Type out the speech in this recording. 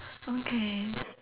okay